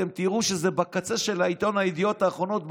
אתם תראו שזה בקצה של העיתון ידיעות האחרונות,